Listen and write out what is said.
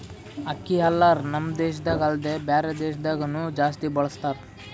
ಅಕ್ಕಿ ಹಲ್ಲರ್ ನಮ್ ದೇಶದಾಗ ಅಲ್ದೆ ಬ್ಯಾರೆ ದೇಶದಾಗನು ಜಾಸ್ತಿ ಬಳಸತಾರ್